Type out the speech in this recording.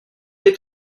est